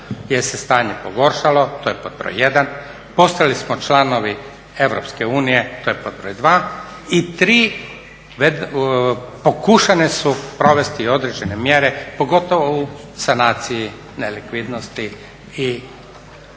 Jer se stanje pogoršalo to je pod broj jedan, postali smo članovi EU to je pod broj dva i tri pokušane su provesti određene mjere pogotovo u sanaciji nelikvidnosti i zaduženjima.